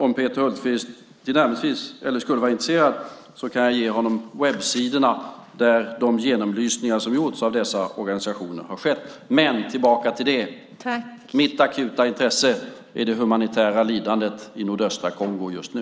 Om Peter Hultqvist skulle vara intresserad kan jag ge honom webbsidorna där de genomlysningar som gjorts av dessa organisationer finns. Men låt mig gå tillbaka till detta: Mitt akuta intresse är det humanitära lidandet i nordöstra Kongo just nu.